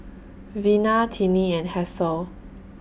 Vina Tinnie and Hasel